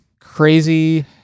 crazy